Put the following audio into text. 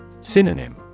Synonym